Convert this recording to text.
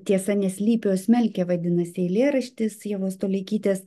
tiesa neslypi o smelkia vadinasi eilėraštis ievos toleikytės